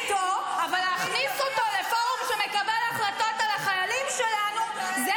להכניס את איתמר בן גביר שיחליט על החיילים שלנו בקרב.